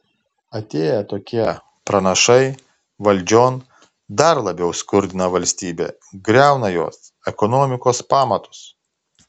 atėję tokie pranašai valdžion dar labiau skurdina valstybę griauna jos ekonomikos pamatus